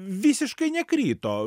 visiškai nekrito